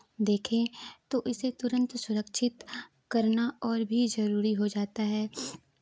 देखें तो इसे तुरंत सुरक्षित करना और भी ज़रूरी हो जाता है